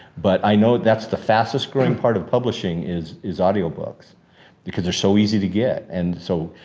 but i know that's the fastest growing part of publishing is is audio books because they're so easy to get. and so,